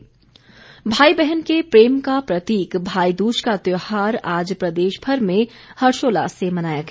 भाईदूज भाई बहन के प्रेम का प्रतीक भाई दूज का त्यौहार आज प्रदेश भर में हर्षोल्लास से मनाया गया